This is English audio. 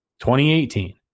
2018